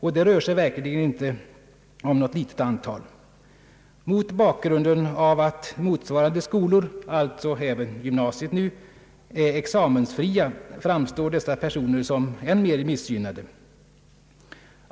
Det rör sig verkligen inte om något litet antal. Mot bakgrunden av att motsvarande skolor — alltså även gymnasiet — nu är examensfria framstår dessa personer som än mera missgynnade.